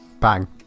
Bang